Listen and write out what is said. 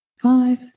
five